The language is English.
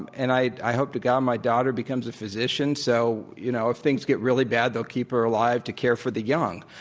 and and i i hope to god my daughter becomes a physician so, you know, if things get really bad, they'll keep her alive to care for the young.